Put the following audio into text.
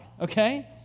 okay